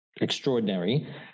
extraordinary